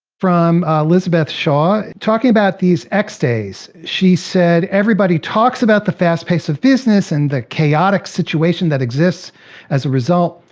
from elizabeth shaw, talking about these x-days, she said, everybody talks about the fast pace of business and the chaotic situation that exists as a result.